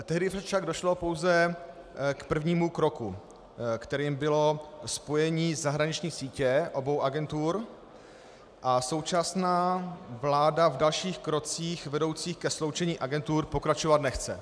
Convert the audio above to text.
Tehdy však došlo pouze k prvnímu kroku, kterým bylo spojení zahraniční sítě obou agentur, a současná vláda v dalších krocích vedoucích ke sloučení agentur pokračovat nechce.